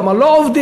כמה לא עובדים.